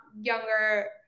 younger